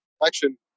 election